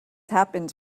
happened